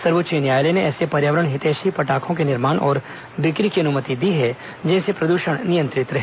सर्वोच्च न्यायालय ने ऐसे पर्यावरण हितैषी पटार्खो के निर्माण और बिक्री की अनुमति दी है जिनसे प्रद्रषण नियंत्रित रहे